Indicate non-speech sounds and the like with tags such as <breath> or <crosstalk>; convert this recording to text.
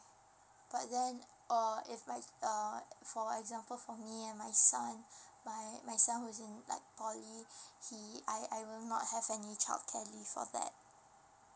but then or if like err for example for me and my son <breath> my my son was in like poly he I I will not have any childcare leave for that